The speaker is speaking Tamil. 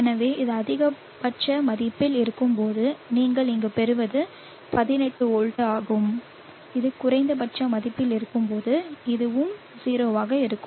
எனவே இது அதிகபட்ச மதிப்பில் இருக்கும்போது நீங்கள் இங்கு பெறுவது 18 வோல்ட் ஆகும் இது குறைந்தபட்ச மதிப்பில் இருக்கும்போது இதுவும் 0 ஆக இருக்கும்